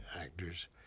Actors